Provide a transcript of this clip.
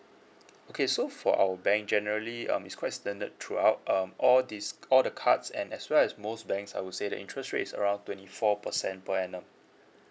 okay so for our bank generally um is quite standard throughout um all these all the cards and as well as most banks I would say the interest rates around twenty four percent per annum